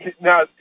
now